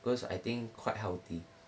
because I think quite healthy